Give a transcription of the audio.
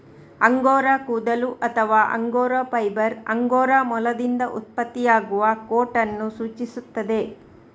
angora ಕೂದಲು ಅಥವಾ Angora fibre Angora ಮೊಲದಿಂದ ಉತ್ಪತ್ತಿಯಾಗುವ ಕೋಟ್ ಅನ್ನು ಸೂಚಿಸುತ್ತದೆ